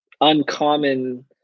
uncommon